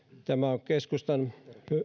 tämä on keskustan